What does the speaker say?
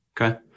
okay